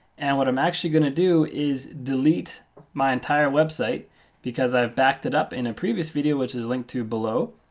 and what i'm actually going to do is delete my entire website because i've backed it up in a previous video, which is linked to below.